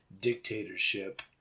dictatorship